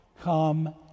come